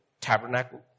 tabernacle